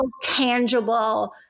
tangible